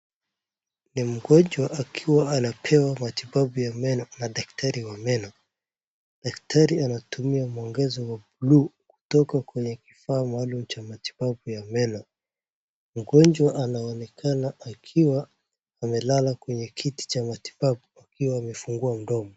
Ni mgonjwa akiwa anapewa matibabu ya meno na daktari wa meno. Daktari anatumia mwangaza wa bluu kutoka kwenye kifaa maluum cha matibabu ya meno. Mgonjwa anaonekana akiwa amelala kwenye kiti cha matibabu akiwa amefungua mdomo.